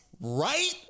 Right